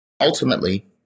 ultimately